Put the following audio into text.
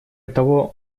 того